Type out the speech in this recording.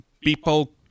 people